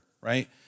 right